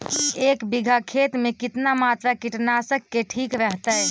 एक बीघा खेत में कितना मात्रा कीटनाशक के ठिक रहतय?